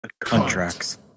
Contracts